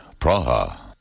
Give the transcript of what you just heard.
Praha